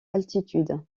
altitude